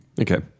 Okay